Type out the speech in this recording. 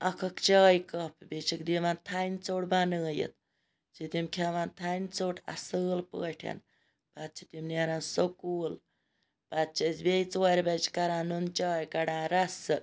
اکھ اکھ چایہِ کَپ بیٚیہِ چھِکھ دِوان تھٔنۍ ژوٚٹ بَنٲیِتھ چھِ تِم کھیٚوان تھٔنۍ ژوٚٹ اَصل پٲٹھۍ پَتہٕ چھِ تِم نیران سکوٗل پَتہٕ چھِ أسۍ بیٚیہِ ژورِ بَج کَران نُن چاے کَڑان رَسہٕ